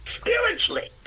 spiritually